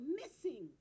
missing